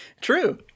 True